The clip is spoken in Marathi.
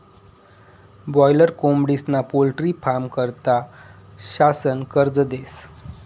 बाॅयलर कोंबडीस्ना पोल्ट्री फारमं करता शासन कर्ज देस